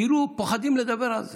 כאילו פוחדים לדבר על זה.